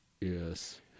Yes